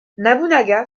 nobunaga